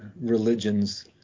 religions